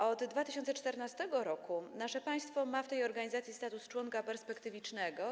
Od 2014 r. nasze państwo ma w tej organizacji status członka perspektywicznego.